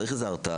צריך איזה הרתעה,